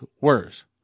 worse